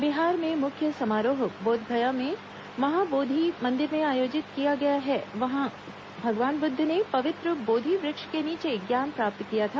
बिहार में मुख्य समारोह बोधगया में महाबोधि मंदिर में आयोजित किया गया है जहां भगवान बुद्ध ने पवित्र बोधि वृक्ष के नीचे ज्ञान प्राप्त किया था